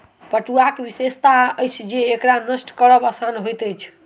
पटुआक विशेषता अछि जे एकरा नष्ट करब आसान होइत अछि